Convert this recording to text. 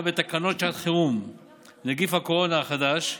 בתקנות שעת חירום (נגיף הקורונה החדש)